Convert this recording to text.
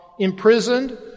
imprisoned